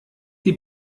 die